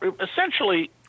essentially